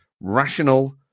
rational